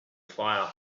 fire